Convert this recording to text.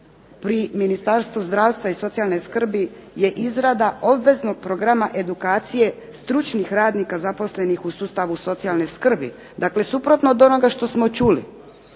pri Ministarstvu zdravstva i socijalne skrbi je izrada obveznog programa edukacije stručnih radnika zaposlenih u sustavu socijalne skrbi, dakle suprotno od onoga što smo čuli.